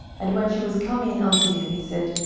and when she was come in unto him, he said,